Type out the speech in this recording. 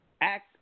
act